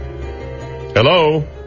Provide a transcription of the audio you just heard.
Hello